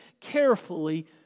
carefully